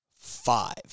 Five